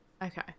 Okay